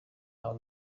ian